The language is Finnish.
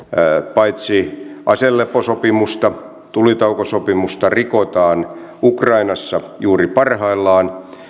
paitsi että aseleposopimusta tulitaukosopimusta rikotaan ukrainassa juuri parhaillaan